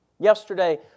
Yesterday